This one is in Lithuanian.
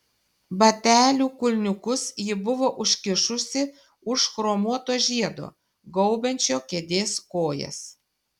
batelių kulniukus ji buvo užkišusi už chromuoto žiedo gaubiančio kėdės kojas